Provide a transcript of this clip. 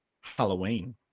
Halloween